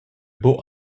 buc